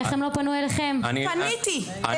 איך הם לא פנו אליכם?) פניתי אליו